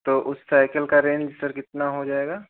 तो उस साइकिल की रेंज सर कितना हो जाएगा